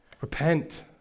Repent